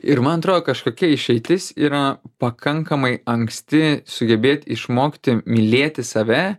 ir man atrodo kažkokia išeitis yra pakankamai anksti sugebėt išmokti mylėti save